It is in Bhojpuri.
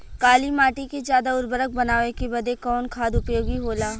काली माटी के ज्यादा उर्वरक बनावे के बदे कवन खाद उपयोगी होला?